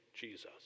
jesus